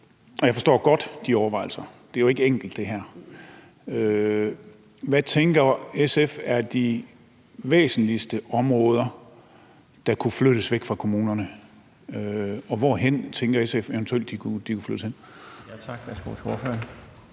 jeg forstår godt de overvejelser. Det her er jo ikke enkelt. Hvad tænker SF er de væsentligste områder, der kunne flyttes væk fra kommunerne? Og hvor tænker SF eventuelt de kunne flyttes hen? Kl. 19:04 Den fg.